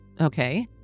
Okay